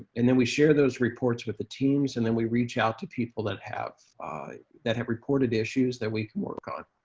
and then we share those reports with the teams, and then we reach out to people that have that have reported issues that we can work on.